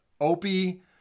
Opie